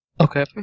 Okay